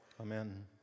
Amen